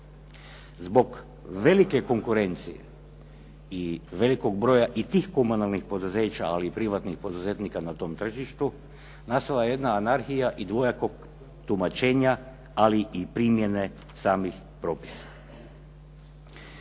Zbog velike konkurencije i velikog broja i tih komunalnih poduzeća, ali i privatnih poduzetnika na tom tržištu, nastala je jedna anarhija i dvojakog tumačenja, ali i primjene samih propisa.